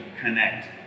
connect